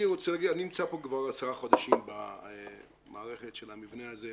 אני נמצא פה כבר 10 חודשים במערכת של המבנה הזה,